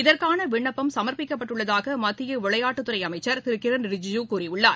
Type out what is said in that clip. இதற்னன வின்ணப்பம் சம்ப்பிக்கப்பட்டுள்ளதாக மத்திய விளையாட்டுத்துறை அமைச்ச் திரு கிரண் ரிஜுஜூ கூறியுள்ளார்